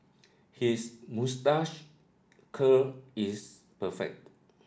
his moustache curl is perfect